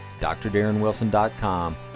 drdarrenwilson.com